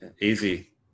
Easy